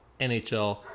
NHL